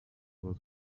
was